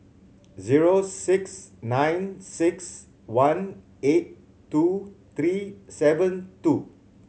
zero six nine six one eight two three seven two